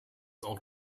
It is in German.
auch